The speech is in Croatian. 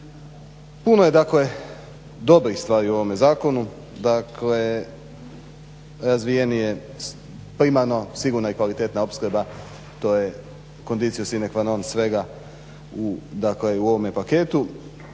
Puno je dakle dobrih stvari u ovome zakonu, dakle razvijen je primarno, sigurna i kvalitetna opskrba, to je …/Govornik se ne razumije./… u ovome paketu,